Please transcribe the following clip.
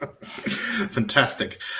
Fantastic